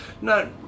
No